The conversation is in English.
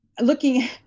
looking